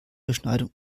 beschneidung